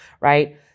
right